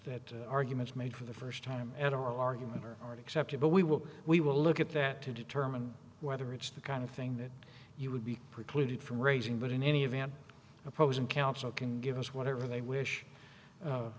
that that argument is made for the first time and our arguments are already accepted but we will we will look at that to determine whether it's the kind of thing that you would be precluded from raising but in any event opposing counsel can give us whatever they wish